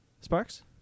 Sparks